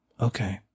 Okay